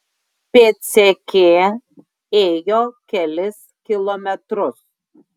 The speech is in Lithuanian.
pėdsekė ėjo kelis kilometrus